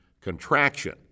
contraction